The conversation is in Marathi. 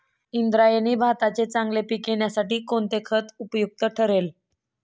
इंद्रायणी भाताचे चांगले पीक येण्यासाठी कोणते खत उपयुक्त ठरेल?